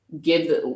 give